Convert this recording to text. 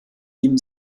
ihm